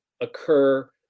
occur